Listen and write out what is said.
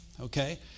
Okay